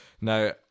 Now